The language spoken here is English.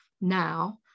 now